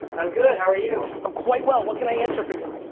i'm good, how are you? i'm quite well. what can i answer for you?